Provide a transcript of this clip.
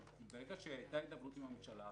אבל ברגע שהייתה הידברות עם הממשלה,